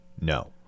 no